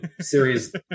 Series